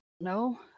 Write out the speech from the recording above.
No